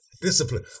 discipline